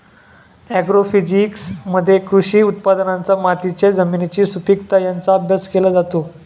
ॲग्रोफिजिक्समध्ये कृषी उत्पादनांचा मातीच्या जमिनीची सुपीकता यांचा अभ्यास केला जातो